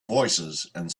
voicesand